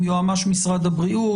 עם יועמ"ש משרד הבריאות,